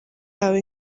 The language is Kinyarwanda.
yahawe